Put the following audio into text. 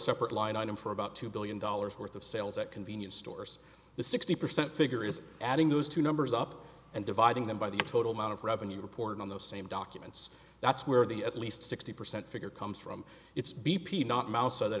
separate line item for about two billion dollars worth of sales at convenience stores the sixty percent figure is adding those two numbers up and dividing them by the total amount of revenue reported on those same documents that's where the at least sixty percent figure comes from it's b p not miles so that